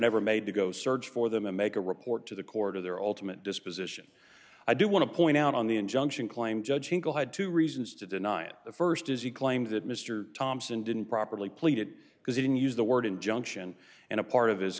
never made to go search for them and make a report to the court of their alternate disposition i do want to point out on the injunction claim judge incl had two reasons to deny it the st is he claimed that mr thompson didn't properly pleaded because even used the word injunction and a part of his